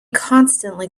constantly